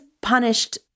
punished